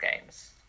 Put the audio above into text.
games